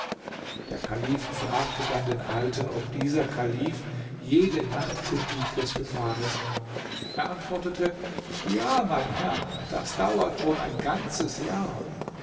der kalif fragte dann den alten ob dieser kalif jede nacht den tigris befahre er antwortete ja mein herr das dauert schon ein ganzes jahr